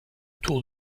tour